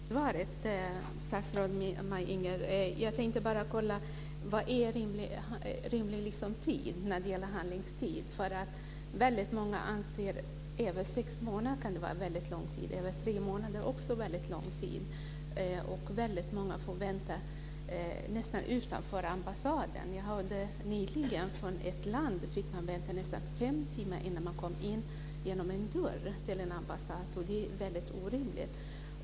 Fru talman! Tack för svaret, statsrådet. Jag tänkte bara kolla: Vad är en rimlig handläggningstid? Väldigt många anser att även sex månader är en väldigt lång tid, tre månader är också en väldigt lång tid. Väldigt många får vänta utanför ambassaden. Jag hörde nyligen att man i ett land fick vänta i fem timmar innan man kom genom en dörr till en ambassad. Det är helt orimligt.